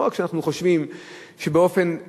לא רק שאנחנו חושבים שבאופן ישר,